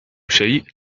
شيء